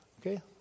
Okay